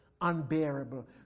unbearable